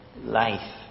life